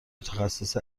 متخصص